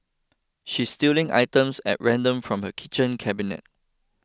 she's stealing items at random from her kitchen cabinet